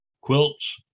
quilts